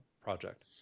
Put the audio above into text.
project